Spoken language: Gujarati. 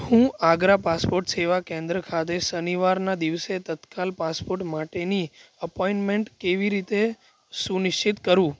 હું આગ્રા પાસપોટ સેવા કેન્દ્ર ખાતે શનિવારના દિવસે તત્કાલ પાસપોટ માટેની અપોઇન્ટમેન્ટ કેવી રીતે સુનિશ્ચિત કરું